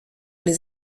les